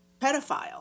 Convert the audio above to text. pedophile